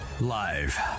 Live